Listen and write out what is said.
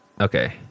Okay